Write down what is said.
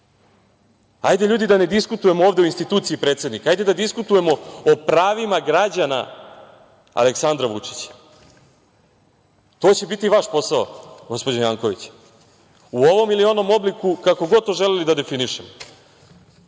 Hajde, ljudi, da ne diskutujemo ovde o instituciji predsednika. Hajde da diskutujemo o pravima građanina Aleksandra Vučića. To će biti vaš posao, gospođo Janković, u ovom ili onom obliku, kako god to želeli da definišemo.